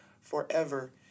forever